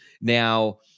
Now